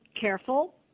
careful